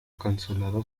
consulado